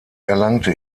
erlangte